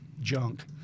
junk